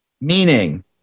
meaning